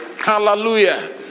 Hallelujah